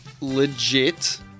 legit